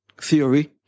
theory